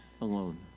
alone